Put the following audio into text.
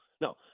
no